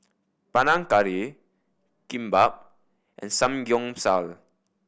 Panang Curry Kimbap and Samgeyopsal